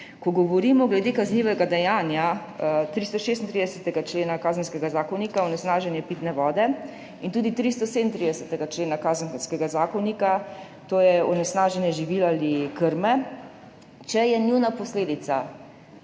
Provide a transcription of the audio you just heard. Ko govorimo glede kaznivega dejanja iz 336. člena Kazenskega zakonika, onesnaženje pitne vode, in tudi 337. člena Kazenskega zakonika, to je onesnaženje živil ali krme, če je njuna posledica